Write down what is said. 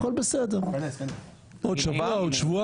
אפשר לדחות את זה לשבוע